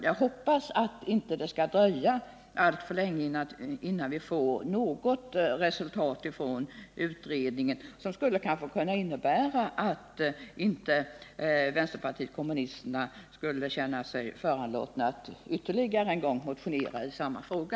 Jag hoppas att det inte skall dröja alltför länge innan vi får ett förslag från utredningen som ger till resultat att vänsterpartiet kommunisterna inte ytterligare en gång skall behöva känna sig föranlåtet att motionera i samma fråga.